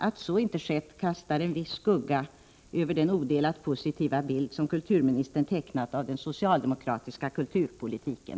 Att så inte skett kastar en viss skugga över den odelat positiva bild som kulturministern tecknat av den socialdemokratiska kulturpolitiken.